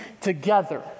together